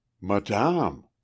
Madame